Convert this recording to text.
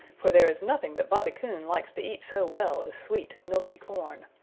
for there is nothing that bobby coon likes to eat so well as sweet milky corn.